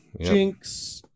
jinx